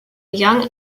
young